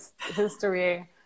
history